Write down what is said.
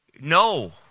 No